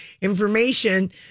information